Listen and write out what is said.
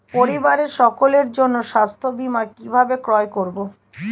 পরিবারের সকলের জন্য স্বাস্থ্য বীমা কিভাবে ক্রয় করব?